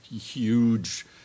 huge